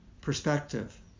perspective